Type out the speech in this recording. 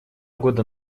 года